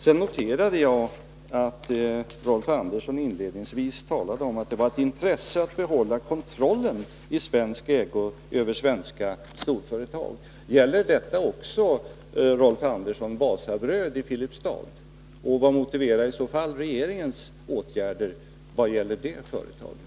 Sedan noterade jag att Rolf Andersson inledningsvis talade om att det var ett intresse att behålla kontrollen i svensk ägo över svenska storföretag. Gäller detta också, Rolf Andersson, Wasabröd i Filipstad? Och vad motiverar i så fall regeringens åtgärder vad gäller det företaget?